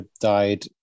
died